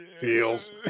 feels